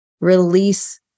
release